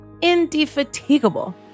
indefatigable